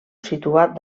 situat